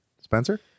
spencer